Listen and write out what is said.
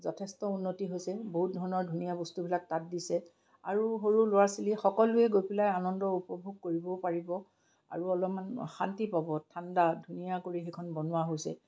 যথেষ্ট উন্নতি হৈছে বহুত ধৰণৰ ধুনীয়া বস্তুবিলাক তাত দিছে আৰু সৰু ল'ৰা ছোৱালী সকলোৱে গৈ পেলাই আনন্দ উপভোগ কৰিবও পাৰিব আৰু অলপমান শান্তি পাব ঠাণ্ডা ধুনীয়া কৰি সেইখন বনোৱা হৈছে